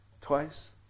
twice